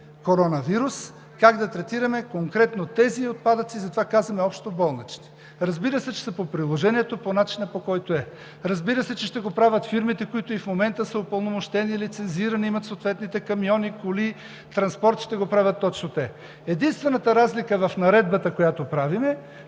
коронавирус, и как да третираме конкретно тези отпадъци – затова казваме общо „болнични“. Разбира се, че са по приложението, по начина по който е, разбира се, че ще го правят фирмите, които и в момента са упълномощени, лицензирани, имат съответните камиони, коли, транспорт и ще го правят точно те. Единствена разлика в наредбата, която правим,